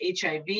HIV